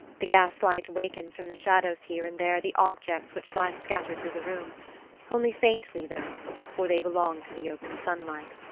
the gas-light wakens from the shadows here and there the objects which lie scattered through the room only faintly, though for they belong to the open sunlight.